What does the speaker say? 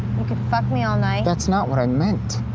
you could fuck me all night. that's not what i meant.